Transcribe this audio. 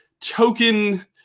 token